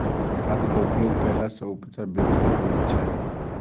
खादक उपयोग कयला सॅ उपजा बेसी होइत छै